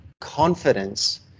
confidence